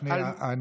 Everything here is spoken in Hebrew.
שנייה.